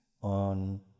on